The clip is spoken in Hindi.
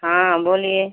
हाँ बोलिए